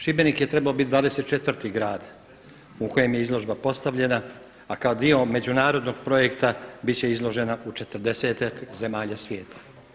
Šibenik je trebao biti 24 grad u kojem je izložba postavljena, a kao dio međunarodnog projekta bit će izložena u četrdesetak zemalja svijeta.